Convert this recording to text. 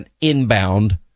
inbound